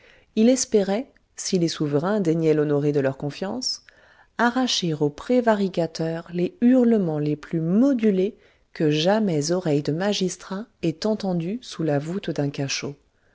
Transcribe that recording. il espérait si les souverains daignaient l'honorer de leur confiance arracher aux prévaricateurs les hurlements les plus modulés que jamais oreilles de magistrat aient entendus sous la voûte d'un cachot